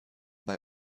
bei